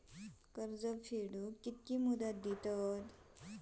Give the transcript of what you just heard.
कर्ज फेडूक कित्की मुदत दितात?